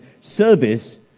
service